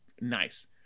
nice